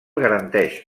garanteix